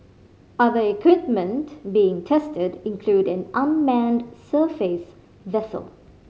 other equipment being tested include an unmanned surface vessel